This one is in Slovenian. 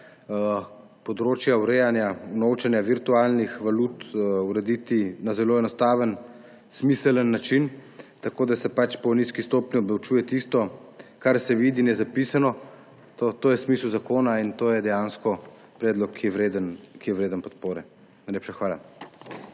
področje unovčenja virtualnih valut urediti na zelo enostaven, smiseln način, tako, da se po nizki stopnji obdavčuje tisto, kar se vidi in je zapisano. To je smisel zakona in to je dejansko predlog, ki je vreden podpore. Najlepša hvala.